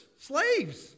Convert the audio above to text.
slaves